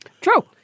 True